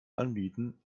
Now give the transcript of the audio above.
anbieten